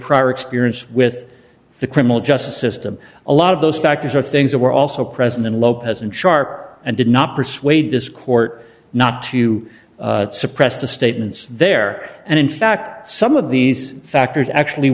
prior experience with the criminal justice system a lot of those factors are things that were also present in lopez and sharp and did not persuade this court not to suppress the statements there and in fact some of these actors actually